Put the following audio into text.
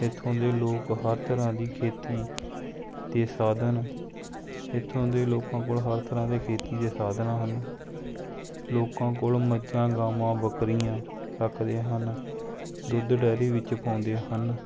ਇੱਥੋਂ ਦੇ ਲੋਕ ਹਰ ਤਰ੍ਹਾਂ ਦੀ ਖੇਤੀ ਦੇ ਸਾਧਨ ਇੱਥੋਂ ਦੇ ਲੋਕਾਂ ਕੋਲ ਹਰ ਤਰ੍ਹਾਂ ਦੇ ਖੇਤੀ ਦੇ ਸਾਧਨ ਹਨ ਲੋਕਾਂ ਕੋਲ ਮੱਝਾਂ ਗਾਵਾਂ ਬੱਕਰੀਆਂ ਰੱਖਦੇ ਹਨ ਦੁੱਧ ਡੇਅਰੀ ਵਿੱਚ ਪਾਉਂਦੇ ਹਨ